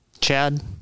Chad